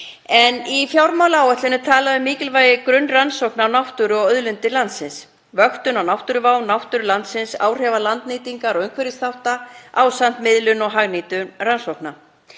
Í fjármálaáætlun er talað um mikilvægi grunnrannsókna á náttúru og auðlindum landsins, vöktun á náttúruvá, náttúru landsins, áhrif landnýtingar og umhverfisþátta ásamt miðlun og hagnýtum rannsóknum.